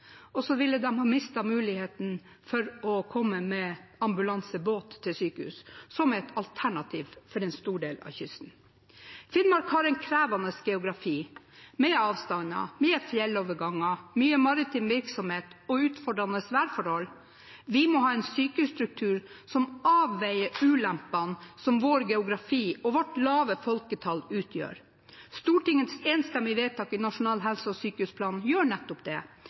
og så ville de ha mistet muligheten til å komme med ambulansebåt til sykehuset, som er et alternativ for en stor del av kysten. Finnmark har en krevende geografi – med avstander, fjelloverganger, mye maritim virksomhet og utfordrende værforhold. Vi må ha en sykehusstruktur som avveier ulempene som vår geografi og vårt lave folketall utgjør. Stortingets enstemmige vedtak i behandlingen av Nasjonal helse- og sykehusplan gjør nettopp det.